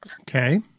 Okay